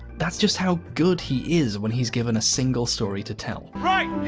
that's just how good he is when he's given a single story to tell. right,